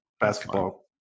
basketball